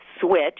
switch